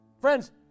Friends